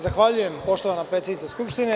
Zahvaljujem poštovana predsednice Skupštine.